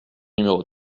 numéro